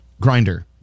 grinder